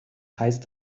heißt